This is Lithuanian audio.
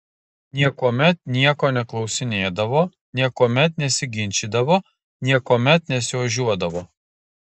niekuomet nieko neklausinėdavo niekuomet nesiginčydavo niekuomet nesiožiuodavo